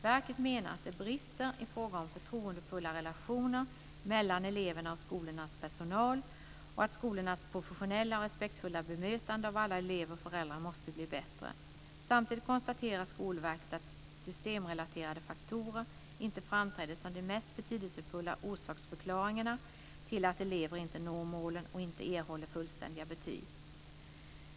Verket menar att det brister i fråga om förtroendefulla relationer mellan eleverna och skolornas personal och att skolornas professionella och respektfulla bemötande av alla elever och föräldrar måste bli bättre. Samtidigt konstaterar Skolverket att systemrelaterade faktorer inte framträtt som de mest betydelsefulla orsaksförklaringarna till att elever inte når målen och inte erhåller fullständiga betyg.